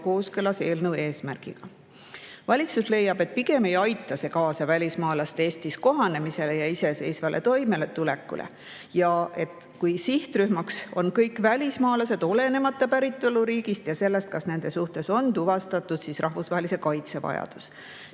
kooskõlas eelnõu eesmärgiga. Valitsus leiab, et pigem ei aita see kaasa välismaalaste Eestis kohanemisele ja iseseisvale toimetulekule. Sihtrühmaks on kõik välismaalased, olenemata päritoluriigist ja sellest, kas nende suhtes on tuvastatud rahvusvahelise kaitse vajadus.